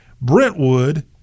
Brentwood